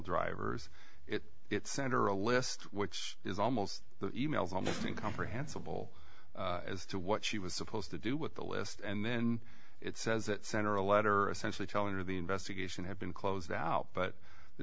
drivers it sent her a list which is almost the e mails on the comprehensible as to what she was supposed to do with the list and then it says that center a letter or essentially telling her the investigation had been closed out but the